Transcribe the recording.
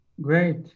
Great